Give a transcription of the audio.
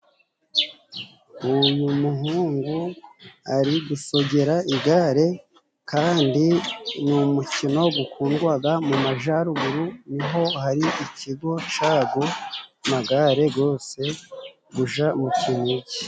Uyu muhungu ari gusogera igare, kandi ni umukino gukundwaga mu majaruguru. Niho hari ikigo c'ago magare gose guja mu Kinigi.